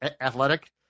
athletic